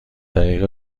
طریق